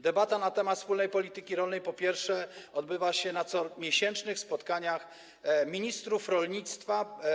Debata na temat wspólnej polityki rolnej, po pierwsze, odbywa się na comiesięcznych spotkaniach ministrów rolnictwa.